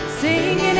singing